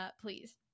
please